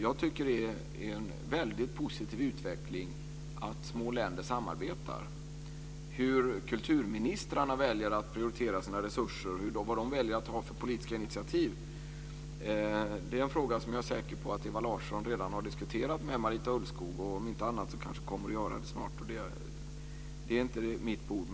Jag tycker att det är en väldigt positiv utveckling att små länder samarbetar. Hur kulturministrarna väljer att prioritera sina resurser och vad de väljer att ta för politiska initiativ är en fråga som jag är säker på att Ewa Larsson redan har diskuterat med Marita Ulvskog, och om inte annat så kommer hon kanske att göra det snart. Det är inte mitt bord.